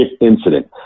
incident